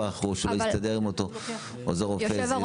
או שהוא לא מסתדר עם אותו עוזר רופא.